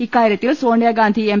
ഇക്കാര്യത്തിൽ സോണിയാഗാന്ധി എം